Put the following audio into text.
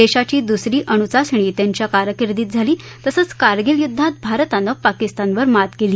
देशाची दुसरी अणुचाचणी त्यांच्या कारकिर्दीत झाली तसंच कारगिल युद्वात भारतानं पाकिस्तानवर मात केली